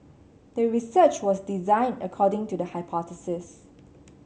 the research was designed according to the hypothesis